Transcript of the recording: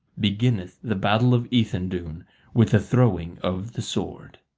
beginneth the battle of ethandune with the throwing of the sword.